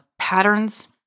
patterns